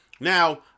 Now